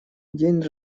день